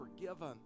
forgiven